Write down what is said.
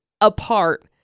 apart